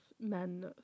men